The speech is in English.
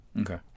okay